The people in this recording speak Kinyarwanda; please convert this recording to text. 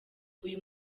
uyu